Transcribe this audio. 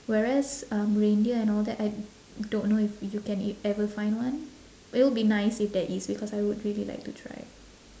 whereas um reindeer and all that I don't know if you can e~ ever find one it will be nice if there is because I would really like to try